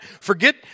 Forget